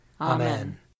Amen